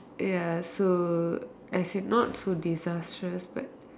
ya so I say not so disastrous but